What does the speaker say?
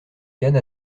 canne